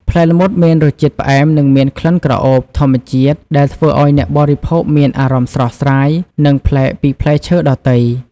ផ្លែល្មុតមានរសជាតិ ផ្អែម និងមាន ក្លិនក្រអូប ធម្មជាតិ ដែលធ្វើឲ្យអ្នកបរិភោគមានអារម្មណ៍ស្រស់ស្រាយ និងប្លែកពីផ្លែឈើដទៃ។